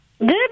Good